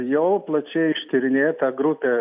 jau plačiai ištyrinėta grupė